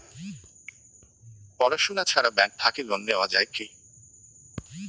পড়াশুনা ছাড়া ব্যাংক থাকি লোন নেওয়া যায় কি?